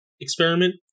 experiment